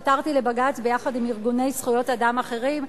ביחד עם ארגוני זכויות אדם אחרים,